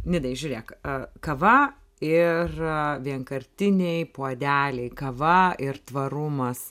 nidai žiūrėk kava ir vienkartiniai puodeliai kava ir tvarumas